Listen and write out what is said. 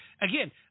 again